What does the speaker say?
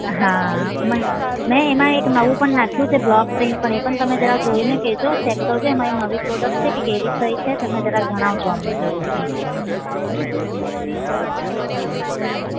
હા મ મેં એમાં એક નવું પણ નાખ્યું છે બ્લોક પ્રિન્ટ પણ એ પણ તમે જરાક જોઈને કહેજો ચેક એ મારી નવી પ્રોડક્ટ છે તે કેવી થઈ છે તમે જરા જણાવજો અમને જરૂરથી